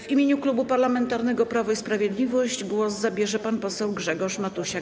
W imieniu Klubu Parlamentarnego Prawo i Sprawiedliwość głos zabierze pan poseł Grzegorz Matusiak.